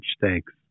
Thanks